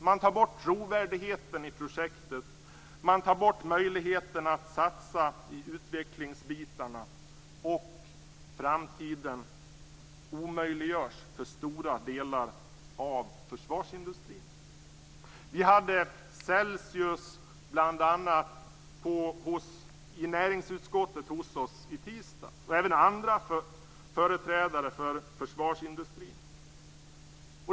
Man tar bort trovärdigheten i projektet. Man tar bort möjligheterna att satsa på utvecklingsområdena, och framtiden omöjliggörs för stora delar av försvarsindustrin. Vi hade bl.a. Celsius hos oss i näringsutskottet i tisdags, och även andra företrädare för försvarsindustrin.